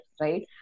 right